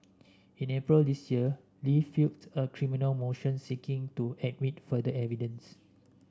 in April this year Li filed a criminal motion seeking to admit further evidence